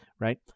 Right